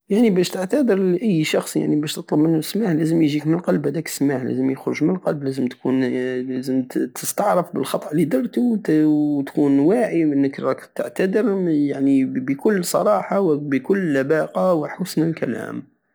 يعني بش تعتادر لاي شخص يعني بش تطلب منو السماح لازم يجيك مالقلب هداك السماح لازم يخرج مالقلب لازم تكون- لازم تستعرف بالخطئ الي درتو وكون واعي انك راك تعتدر من- يعني بكل صراحة وبكل لباقة وحسن الكلام